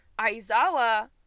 aizawa